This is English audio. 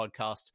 podcast